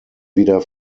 wieder